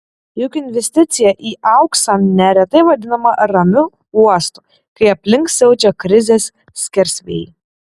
juk investicija į auksą neretai vadinama ramiu uostu kai aplink siaučia krizės skersvėjai